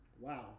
wow